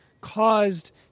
caused